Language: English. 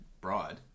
bride